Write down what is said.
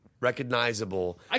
recognizable